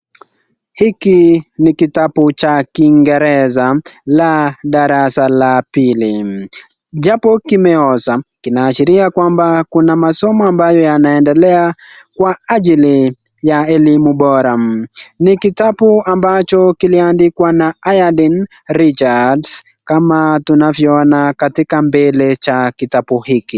Hiki ni kitabu cha kingereza la darasa la pili. Japo kimeoza, kinaashiria kwamba kuna masomo ambayo yanaendelea kwa ajili ya elimu bora. Ni kitabu ambacho kiliandikwa na Ayaden Richards kama tunavyoona katika mbele cha kitabu hiki.